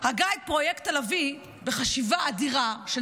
הגה את פרויקט הלביא בחשיבה אדירה של